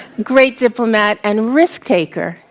great diplomat and risk taker.